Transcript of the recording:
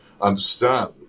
understand